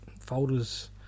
folders